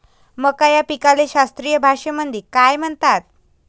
मका या पिकाले शास्त्रीय भाषेमंदी काय म्हणतात?